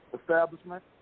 establishment